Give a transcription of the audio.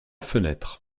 fenêtre